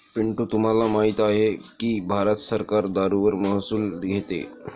पिंटू तुम्हाला माहित आहे की भारत सरकार दारूवर महसूल घेते